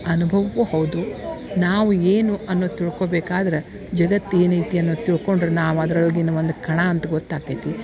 ಅನುಭವವೂ ಹೌದು ನಾವು ಏನು ಅನ್ನೋದು ತಿಳ್ಕೊಬೇಕಾದ್ರ ಜಗತ್ತು ಏನು ಐತಿ ಅನ್ನೋದು ತಿಳ್ಕೊಂಡ್ರೆ ನಾವು ಅದ್ರೊಳಗಿನ ಒಂದು ಕಣ ಅಂತ ಗೊತ್ತಾಗ್ತೈತಿ